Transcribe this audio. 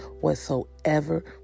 whatsoever